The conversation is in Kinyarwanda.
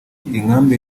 inkambi